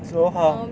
so how